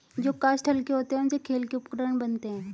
जो काष्ठ हल्के होते हैं, उनसे खेल के उपकरण बनते हैं